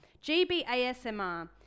G-B-A-S-M-R